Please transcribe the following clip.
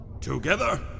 Together